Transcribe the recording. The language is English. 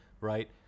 right